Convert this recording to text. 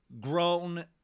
grown